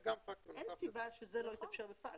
אין סיבה שזה לא יתאפשר בפקס.